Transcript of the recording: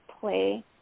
play